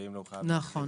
נכון.